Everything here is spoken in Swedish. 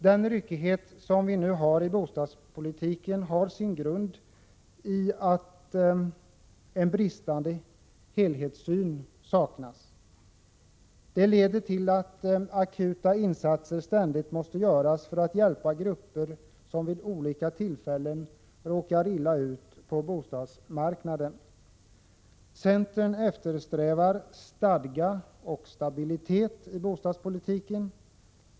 Den ryckighet som vi nu upplever i bostadspolitiken har sin grund i en bristande helhetssyn. Det leder till att akuta insatser ständigt måste göras för att hjälpa grupper som vid olika tillfällen råkar illa ut på bostadsmarknaden. Centern eftersträvar stadga och stabilitet i bostadspolitiken.